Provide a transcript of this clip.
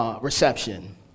reception